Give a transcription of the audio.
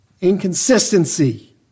inconsistency